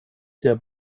der